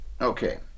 okay